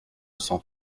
cent